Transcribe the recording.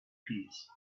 peace